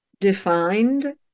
defined